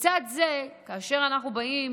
לצד זה, כאשר אנחנו באים